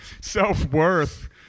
self-worth